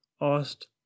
asked